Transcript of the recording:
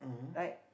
right